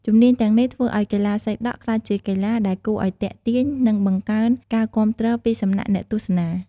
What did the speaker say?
ជំនាញទាំងនេះ ធ្វើឲ្យកីឡាសីដក់ក្លាយជាកីឡាដែលគួរឲ្យទាក់ទាញ និងបង្កើនការគាំទ្រពីសំណាក់អ្នកទស្សនា។